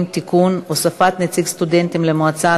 (תיקון) (הוספת נציג סטודנטים למועצה),